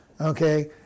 Okay